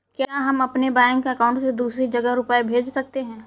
क्या हम अपने बैंक अकाउंट से दूसरी जगह रुपये भेज सकते हैं?